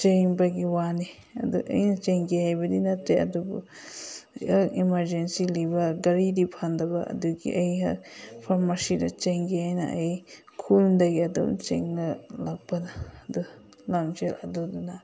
ꯆꯦꯟꯕꯒꯤ ꯋꯥꯅꯤ ꯑꯗꯨ ꯑꯩꯅ ꯆꯦꯟꯒꯦ ꯍꯥꯏꯕꯗꯤ ꯅꯠꯇꯦ ꯑꯗꯨꯕꯨ ꯏꯃꯥꯔꯖꯦꯟꯁꯤꯗꯤ ꯂꯩꯕ ꯒꯥꯔꯤꯗꯤ ꯐꯪꯗꯕ ꯑꯗꯨꯒꯤ ꯑꯩꯍꯥꯛ ꯐꯥꯔꯃꯥꯁꯤꯗ ꯆꯦꯟꯒꯦ ꯍꯥꯏꯅ ꯑꯩ ꯈꯣꯡꯗꯒꯤ ꯑꯗꯨꯝ ꯆꯦꯜꯂꯒ ꯂꯥꯛꯄꯗ ꯑꯗꯨ ꯂꯝꯖꯦꯜ ꯑꯗꯨꯗꯨꯅ